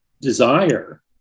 desire